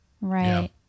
right